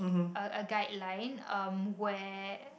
a a a guideline um where